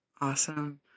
Awesome